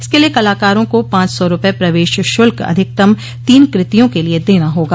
इसके लिए कलाकारों को पांच सौ रूपये प्रवेश शुल्क अधिकतम तीन कृतियों के लिए देना होगा